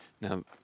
Now